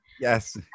yes